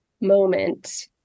moment